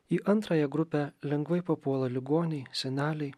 į antrąją grupę lengvai papuola ligoniai seneliai